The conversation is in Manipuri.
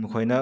ꯃꯈꯣꯏꯅ